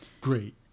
great